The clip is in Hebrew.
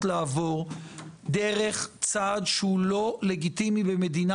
לעבור דרך צעד שהוא לא לגיטימי במדינה